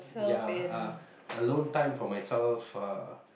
ya uh alone time for myself uh